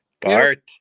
Bart